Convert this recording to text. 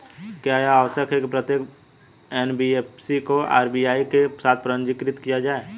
क्या यह आवश्यक है कि प्रत्येक एन.बी.एफ.सी को आर.बी.आई के साथ पंजीकृत किया जाए?